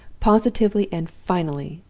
positively and finally!